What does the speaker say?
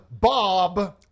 Bob